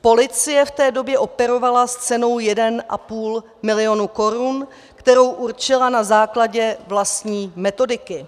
Policie v té době operovala s cenou 1,5 milionu korun, kterou určila na základě vlastní metodiky.